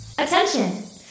Attention